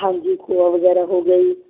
ਹਾਂਜੀ ਖੋਆ ਵਗੈਰਾ ਹੋ ਗਿਆ ਜੀ